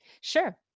Sure